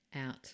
out